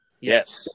Yes